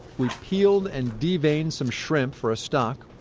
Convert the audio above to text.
we peeled and deveined some shrimp for a stock.